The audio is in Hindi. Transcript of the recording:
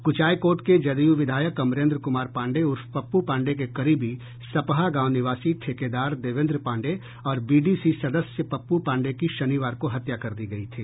कुचायकोट के जदयू विधायक अमरेन्द्र कुमार पांडेय उर्फ पप्पू पांडेय के करीबी सपहा गांव निवासी ठेकेदार देवेंद पांडेय और बीडीसी सदस्य पप्पू पांडेय की शनिवार को हत्या कर दी गई थी